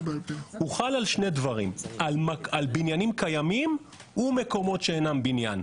הוא חל על שני דברים: על בניינים קיימים ומקומות שאינם בניין.